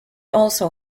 also